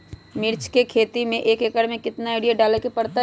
मिर्च के खेती में एक एकर में कितना यूरिया डाले के परतई?